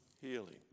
healing